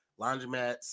laundromats